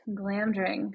Glamdring